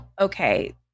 okay